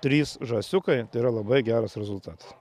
trys žąsiukai tai yra labai geras rezultatas